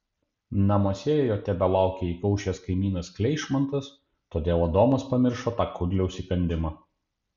namuose jo tebelaukė įkaušęs kaimynas kleišmantas todėl adomas pamiršo tą kudliaus įkandimą